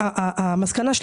המסקנה?